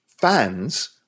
fans